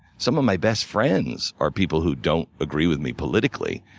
some of my best friends are people who don't agree with me politically.